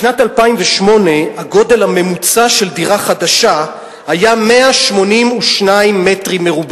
בשנת 2008 הגודל הממוצע של דירה חדשה היה 182 מ"ר,